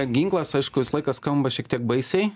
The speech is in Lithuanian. ginklas aišku visą laiką skamba šiek tiek baisiai